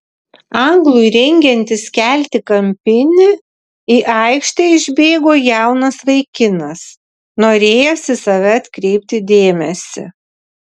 anglui rengiantis kelti kampinį į aikštę išbėgo jaunas vaikinas norėjęs į save atkreipti dėmesį